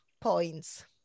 points